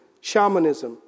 Shamanism